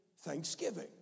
thanksgiving